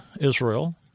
Israel